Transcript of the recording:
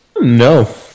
no